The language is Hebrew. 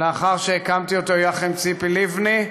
שלאחר שהקמתי אותו יחד עם ציפי לבני,